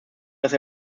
dass